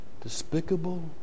despicable